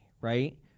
right